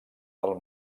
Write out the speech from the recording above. del